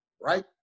right